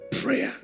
prayer